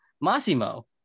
massimo